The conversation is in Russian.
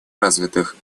развитых